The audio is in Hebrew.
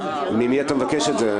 ממי אתה מבקש את זה?